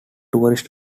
tourists